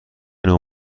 نوع